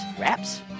wraps